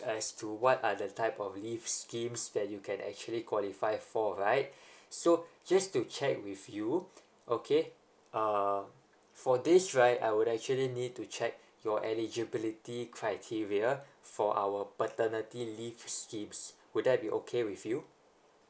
as to what are the type of leaves schemes that you can actually qualify for right so just to check with you okay uh for this right I would actually need to check your eligibility criteria for our paternity leave schemes would that be okay with you